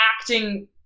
acting